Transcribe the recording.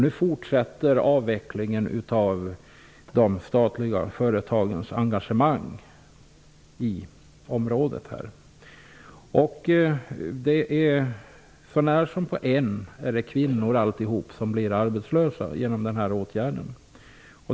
Nu fortsätter avvecklingen av de statliga företagens engagemang i området. Så när som vid ett företag är det kvinnor som blir arbetslösa på grund av denna åtgärd.